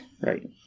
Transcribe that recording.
Right